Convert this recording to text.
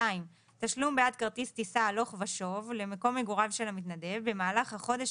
תשלום בעד כרטיס טיסה הלוך ושוב למקום מגוריו של המתנדב במהלך החודש